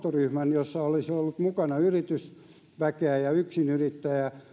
jossa olisi ollut mukana yritysväkeä ja yksinyrittäjiä